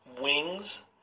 wings